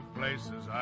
places